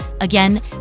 again